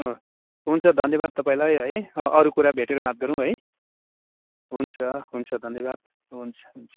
हुन्छ धन्यवाद तपाईँलाई है अरू कुरा भेटेर बात गरौँ है हुन्छ हुन्छ धन्यवाद हुन्छ हुन्छ